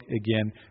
again